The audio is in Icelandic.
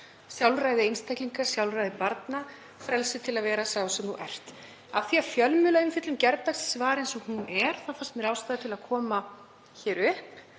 sjálfræði einstaklinga, sjálfræði barna, frelsi til að vera sá sem maður er. Af því að fjölmiðlaumfjöllun gærdagsins var eins og hún var þá fannst mér ástæða til að koma hér upp